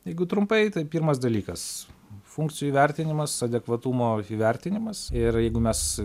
jeigu trumpai tai pirmas dalykas funkcijų įvertinimas adekvatumo įvertinimas ir jeigu mes